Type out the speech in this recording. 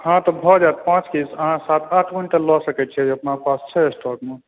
हाँ तऽ भऽ जायत पाँच की अहाँ सात आठ क्विण्टल लऽ सकै छी अपना पास छै स्टॉक मे